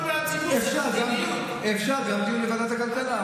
אבל זה לא, אפשר גם דיון בוועדת הכלכלה.